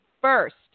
first